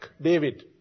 David